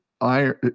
iron